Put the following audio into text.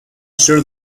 sure